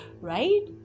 right